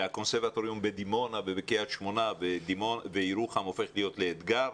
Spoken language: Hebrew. והקונסרבטוריון בדימונה ובקרית שמונה וירוחם הופך להיות לאתגר?